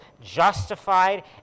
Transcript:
justified